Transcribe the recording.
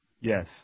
Yes